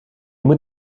moet